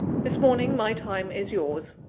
this morning my time is yours.